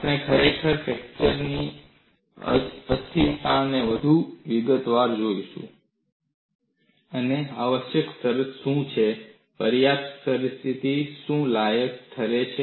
આપણે ખરેખર ફ્રેકચરની અસ્થિરતાને વધુ વિગતવાર જોઈશું અને આવશ્યક શરત શું છે પર્યાપ્ત સ્થિતિ શું છે તે લાયક ઠરે છે